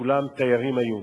כולם תיירים היו.